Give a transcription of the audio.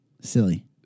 silly